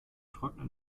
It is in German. trocknet